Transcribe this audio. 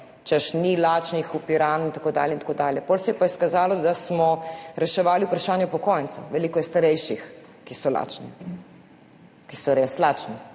češ, ni lačnih v Piranu in tako dalje in tako dalje. Potem se je pa izkazalo, da smo reševali vprašanje upokojencev. Veliko je starejših, ki so lačni, ki so res lačni,